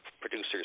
producers